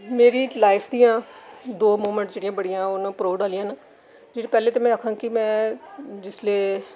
मेरी लाईफ दियां दो मुवमेंटस प्राउड आह्लियां न पैह्ले ते आक्खा में जिसले डोगरी डिपार्टमैंट